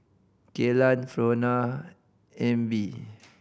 Kaylan Frona Ebbie